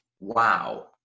Wow